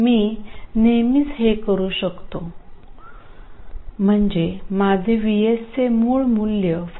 मी नेहमीच हे करू शकतो म्हणजे माझे VS चे मूळ मूल्य 5